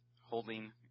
holding –